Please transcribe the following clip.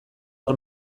hor